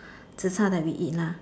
zi char that we eat lah